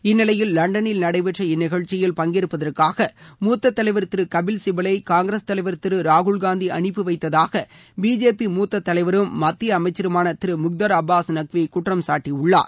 இந்நிலையில் லண்டனில் நடைபெற்ற இந்நிகழ்ச்சியில் பங்கேற்பதற்காக மூத்த தலைவர் திரு கபில் சிபலை ஊங்கிரஸ் தலைவர் திரு ராகுல் காந்தி அனுப்பி வைத்ததாக பிஜேபி மூத்த தலைவரும் மத்திய அமைச்சருமான திரு முக்தார் அபாஸ் நக்வி குற்றம் சாட்டியுள்ளார்